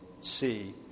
see